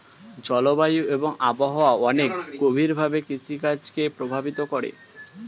জলবায়ু এবং আবহাওয়া অনেক গভীরভাবে কৃষিকাজ কে প্রভাবিত করে